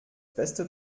beste